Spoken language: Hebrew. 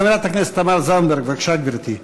חברת הכנסת תמר זנדברג, בבקשה, גברתי.